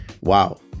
Wow